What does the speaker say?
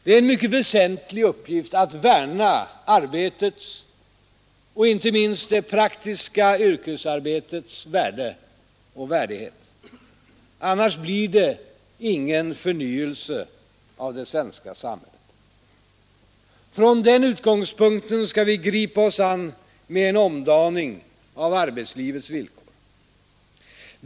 Det är en mycket väsentlig uppgift att värna arbetets och inte minst det praktiska yrkesarbetets värde och värdighet. Annars blir det ingen förnyelse av det svenska samhället. Från denna utgångspunkt skall vi gripa oss an med en omdaning av arbetslivets villkor.